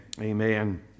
Amen